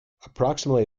approximately